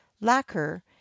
lacquer